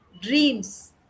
dreams